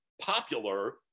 popular